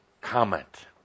comment –